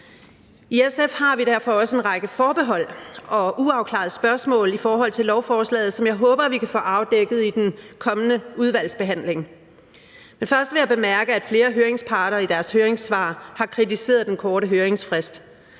I SF har vi derfor også en række forbehold og uafklarede spørgsmål i forhold til lovforslaget, som jeg håber vi kan få afdækket i den kommende udvalgsbehandling. Men først vil jeg bemærke, at flere høringsparter i deres høringssvar har kritiseret den korte høringsfrist.